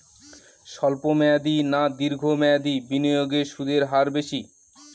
স্বল্প মেয়াদী না দীর্ঘ মেয়াদী বিনিয়োগে সুদের হার বেশী?